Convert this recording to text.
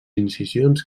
incisions